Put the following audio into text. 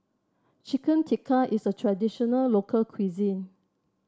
Chicken Tikka is a traditional local cuisine